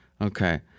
Okay